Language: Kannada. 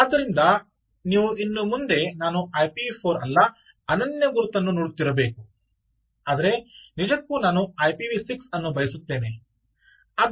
ಆದ್ದರಿಂದ ನೀವು ಇನ್ನು ಮುಂದೆ ನಾನು ಐಪಿವಿ 4 ಅಲ್ಲ ಅನನ್ಯ ಗುರುತನ್ನು ನೋಡುತ್ತಿರಬೇಕು ಆದರೆ ನಿಜಕ್ಕೂ ನಾನು ಐಪಿವಿ 6 ನಾನು ಅನ್ನು ಬಯಸುತ್ತೇನೆ